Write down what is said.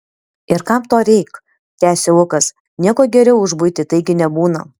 ir kam to reik tęsė lukas nieko geriau už buitį taigi nebūna